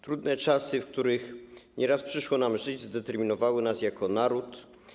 Trudne czasy, w których nieraz przyszło nam żyć, zdeterminowały nas jako naród.